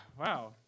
Wow